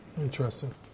Interesting